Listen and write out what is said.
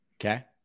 Okay